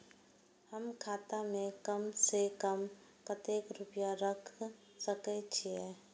हम खाता में कम से कम कतेक रुपया रख सके छिए?